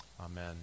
Amen